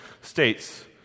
states